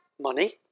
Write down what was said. money